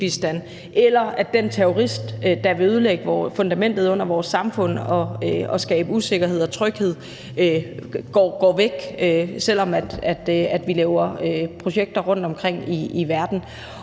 eller at den terrorist, der vil ødelægge fundamentet under vores samfund og skabe usikkerhed og utryghed, går væk, selv om vi laver projekter rundtomkring i verden.